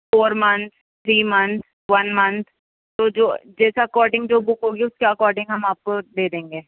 four month three month one month تو جو جیسا اکارڈنگ جو بک ہوگی اس کے اکارڈنگ ہم آپ کو دے دیں گے